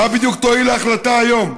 מה בדיוק תועיל ההחלטה היום?